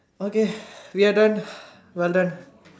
okay we are done well done